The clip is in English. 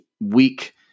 weak